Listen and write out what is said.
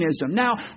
Now